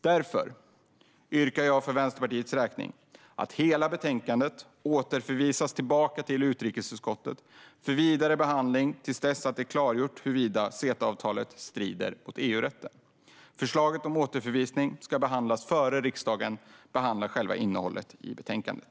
Därför yrkar jag för Vänsterpartiets räkning att hela betänkandet återförvisas tillbaka till utrikesutskottet för vidare behandling till dess att det är klargjort huruvida CETA-avtalet strider mot EU-rätten. Förslaget om återförvisning ska behandlas innan riksdagen behandlar själva innehållet i betänkandet.